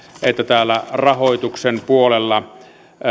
että rahoituksen puolella